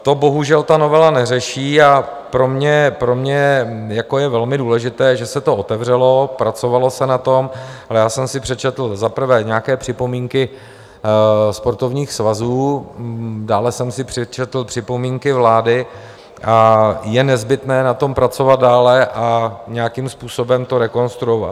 To bohužel novela neřeší a pro mě je velmi důležité, že se to otevřelo, pracovalo se na tom, ale já jsem si přečetl za prvé nějaké připomínky sportovních svazů, dále jsem si přečetl připomínky vlády a je nezbytné na tom pracovat dále a nějakým způsobem to rekonstruovat.